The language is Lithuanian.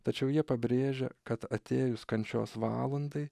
tačiau jie pabrėžia kad atėjus kančios valandai